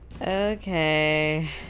Okay